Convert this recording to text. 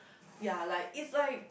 ya like it's like